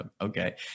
Okay